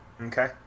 Okay